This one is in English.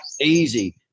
easy